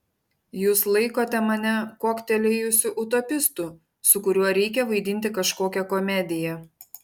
jūs laikote mane kuoktelėjusiu utopistu su kuriuo reikia vaidinti kažkokią komediją